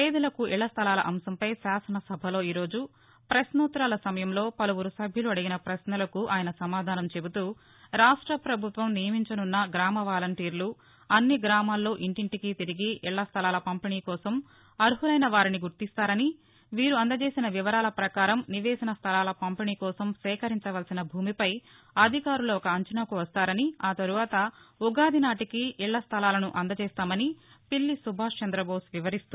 పేదలకు ఇళ్ల స్థలాల అంశంపై శాసనసభలో ఈ రోజు పశ్వోత్తరాల సమయంలో పలువురు సభ్యులు అడిగిన ప్రశ్నలకు ఆయన సమాధానం చెబుతూ రాష్ట ప్రభుత్వం నియమించనున్న గామ వాలంటీర్లు అన్ని గ్రామాల్లో ఇంటింటికీ తిరిగి ఇళ్ల స్థలాల పంపిణీ కోసం అర్మలైన వారిని గుర్తిస్తారని వీరు అందజేసిన వివరాల ప్రకారం నివేశన స్లలాల పంపిణీ కోసం సేకరించవలసిన భూమిపై అధికారులు ఒక అంచనాకు వస్తారని ఆతర్వాత ఉగాది నాటికి ఇళ్ల స్టలాలను అందజేస్తామని పిల్లి సుభాష్ చంద్రబోస్ వివరిస్తూ